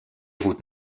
routes